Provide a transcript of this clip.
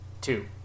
two